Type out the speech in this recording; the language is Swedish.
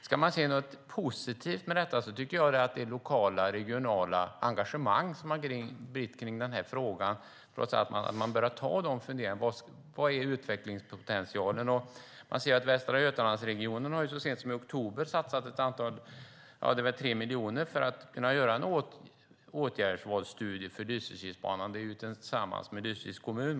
Ska man se något positivt med detta tycker jag att det är det lokala och regionala engagemanget kring den här frågan och att man har börjat ha funderingar: Vad är utvecklingspotentialen? Västra Götalandsregionen har så sent som i oktober satsat 3 miljoner för att kunna göra en åtgärdsvalsstudie för Lysekilsbanan. Man gör den satsningen tillsammans med Lysekils kommun.